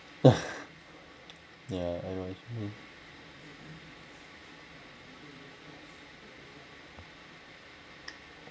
yeah I